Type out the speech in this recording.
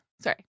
Sorry